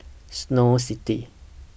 Snow City